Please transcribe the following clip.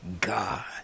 God